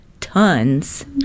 tons